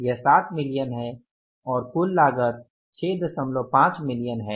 यह 7 मिलीयन है और कुल लागत 65 मिलियन है